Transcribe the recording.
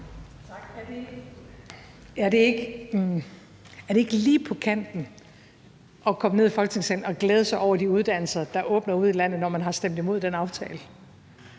Er det ikke lige på kanten at komme herned i Folketingssalen og glæde sig over de uddannelser, der åbner ude i landet, når man har stemt imod den aftale?